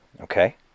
Okay